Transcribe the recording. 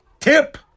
Tip